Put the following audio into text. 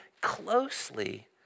closely